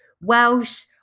Welsh